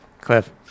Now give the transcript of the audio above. Cliff